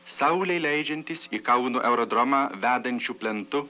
saulei leidžiantis į kauno aerodromą vedančiu plentu